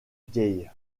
vieille